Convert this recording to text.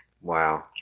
Wow